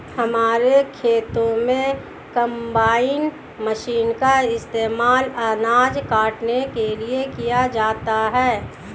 हमारे खेतों में कंबाइन मशीन का इस्तेमाल अनाज काटने के लिए किया जाता है